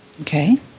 Okay